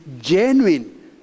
genuine